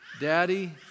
Daddy